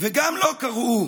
גם לו קראו